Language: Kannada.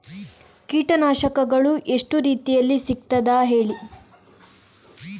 ಕೀಟನಾಶಕಗಳು ಎಷ್ಟು ರೀತಿಯಲ್ಲಿ ಸಿಗ್ತದ ಹೇಳಿ